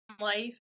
life